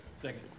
Second